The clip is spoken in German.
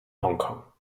hongkong